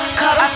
cut